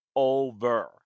over